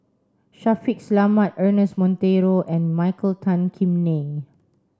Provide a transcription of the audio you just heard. Shaffiq Selamat Ernest Monteiro and Michael Tan Kim Nei